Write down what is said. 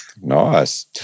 Nice